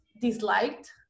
disliked